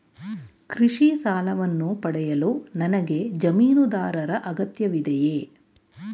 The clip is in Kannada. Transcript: ಕೃಷಿ ಸಾಲವನ್ನು ಪಡೆಯಲು ನನಗೆ ಜಮೀನುದಾರರ ಅಗತ್ಯವಿದೆಯೇ?